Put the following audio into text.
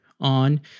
on